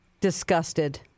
disgusted